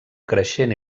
creixent